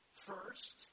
first